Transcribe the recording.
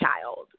child